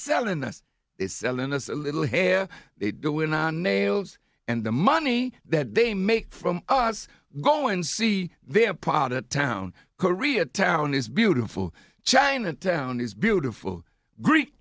selling us they selling us a little hair they go in on nails and the money that they make from us go and see their product town koreatown is beautiful chinatown is beautiful greek